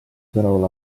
sõnul